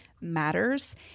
matters